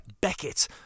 beckett